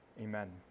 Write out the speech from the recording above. Amen